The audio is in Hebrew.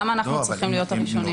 אז למה אנחנו צריכים להיות הראשונים?